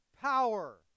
power